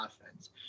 offense